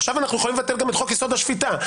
עכשיו אנחנו יכולים לבטל גם את חוק-יסוד: השפיטה.